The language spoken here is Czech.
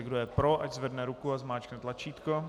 Kdo je pro, ať zvedne ruku a zmáčkne tlačítko.